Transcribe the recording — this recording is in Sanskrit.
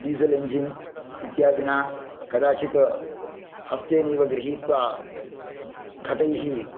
डिझेल् इञ्जिन् इत्यादिना कदाचित् हस्तेनैव गृहीत्वा घटैः